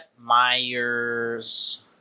Myers